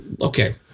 okay